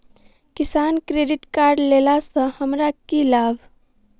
किसान credit card लेला सऽ हमरा की लाभ?